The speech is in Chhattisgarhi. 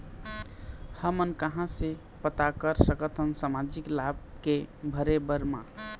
हमन कहां से पता कर सकथन सामाजिक लाभ के भरे बर मा?